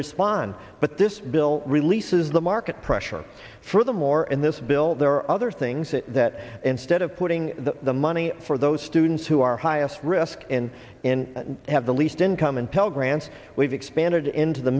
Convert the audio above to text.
respond but this bill releases the market pressure for the more in this bill there are other things that instead of putting the money for those students who are highest risk in in have the least income and pell grants we've expanded into the